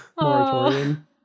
moratorium